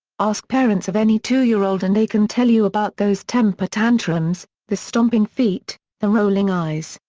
ask parents of any two-year-old and they can tell you about those temper tantrums the stomping feet, the rolling eyes,